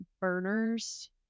burners